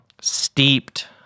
steeped